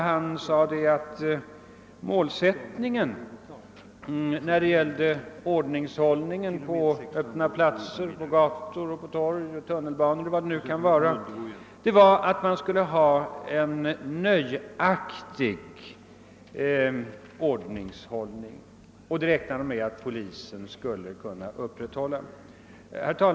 Han antydde att målsättningen när det gällde ordningshållningen på öppna platser, gator, torg och tunnelbanor var att vi skulle ha en nöjaktig ordningshållning — och det räknade han med att polisen skulle kunna upprätthålla.